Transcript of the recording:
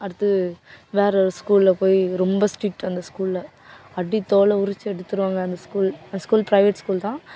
அடுத்து வேற ஒரு ஸ்கூலில் போய் ரொம்ப ஸ்ட்ரிட் அந்த ஸ்கூலில் அடி தோலை உரித்து எடுத்துடுவாங்க அந்த ஸ்கூல் அந்த ஸ்கூல் பிரைவேட் ஸ்கூல் தான்